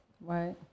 Right